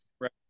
right